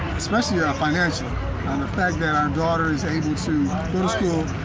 especially yeah financially and the fact that our daughter is able to go to school,